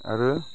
आरो